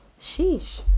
Sheesh